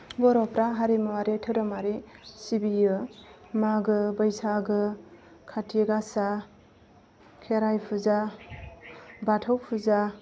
बर'फ्रा हारिमुवारि धोरोमारि सिबियो मागो बैसागो खाथि गासा खेराय फुजा बाथौ फुजा